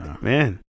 Man